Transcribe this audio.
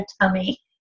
tummy